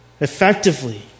Effectively